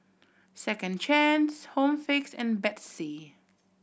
Second Chance Home Fix and Betsy